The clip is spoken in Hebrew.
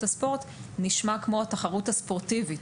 הספורט" נשמע כמו "התחרות הספורטיבית",